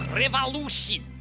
revolution